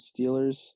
Steelers